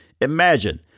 Imagine